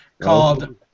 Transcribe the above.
called